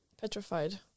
petrified